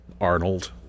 Arnold